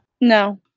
No